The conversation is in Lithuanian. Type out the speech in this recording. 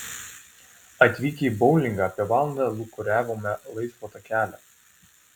atvykę į boulingą apie valandą lūkuriavome laisvo takelio